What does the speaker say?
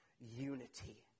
unity